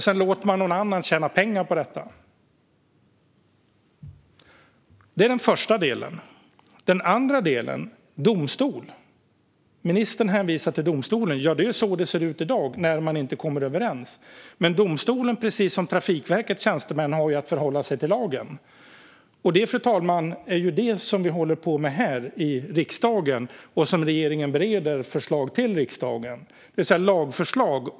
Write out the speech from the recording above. Sedan låter man någon annan tjäna pengar på detta. Det var den första delen. Den andra delen är att ministern hänvisar till domstolen. Ja, det är på det sättet det ser ut i dag när man inte kommer överens. Men domstolen har, precis som Trafikverkets tjänstemän, att förhålla sig till lagen. Fru talman! Det som vi håller på med här i riksdagen är ju lagstiftning, och regeringen bereder förslag till riksdagen, det vill säga lagförslag.